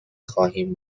خواهیم